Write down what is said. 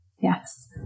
yes